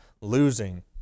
losing